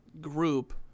group